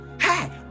hey